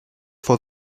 for